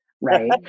Right